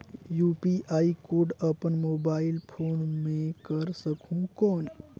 UPI code अपन mobile phone मे कर सकहुं कौन?